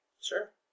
Sure